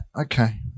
Okay